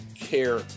care